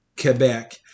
Quebec